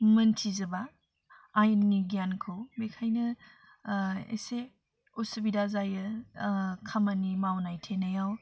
मोनथिजोबा आयेननि गियानखौ बिखायनो एसे असुबिदा जायो खामानि मावनाय थिनायाव